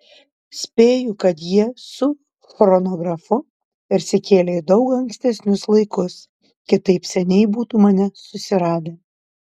spėju kad jie su chronografu persikėlė į daug ankstesnius laikus kitaip seniai būtų mane susiradę